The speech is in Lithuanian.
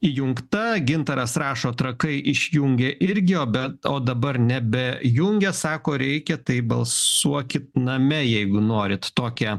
įjungta gintaras rašo trakai išjungė irgi o bet o dabar nebejungia sako reikia tai balsuokit name jeigu norit tokią